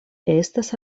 estas